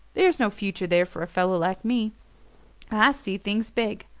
there's no future there for a fellow like me. i see things big.